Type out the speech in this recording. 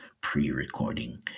pre-recording